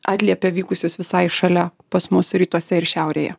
atliepia vykusius visai šalia pas mus rytuose ir šiaurėje